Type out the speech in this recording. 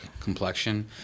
complexion